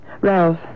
Ralph